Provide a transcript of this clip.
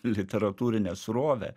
literatūrinę srovę